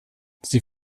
sie